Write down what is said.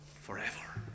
forever